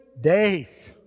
days